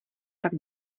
tak